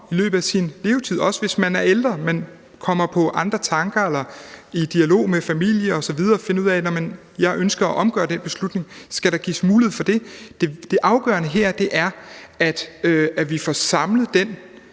i løbet af sin levetid, også hvis man som kommer på andre tanker eller finder ud af i dialog med familie osv., at man ønsker at omgøre den beslutning. Skal der gives mulighed for det? Det afgørende her er, at vi får samlet den